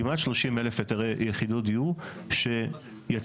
כמעט 30,000 היתרי יחידות דיור שיצאו